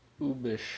Ubish